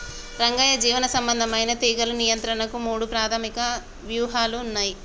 రంగయ్య జీవసంబంధమైన తీగలు నియంత్రణకు మూడు ప్రాధమిక వ్యూహాలు ఉన్నయి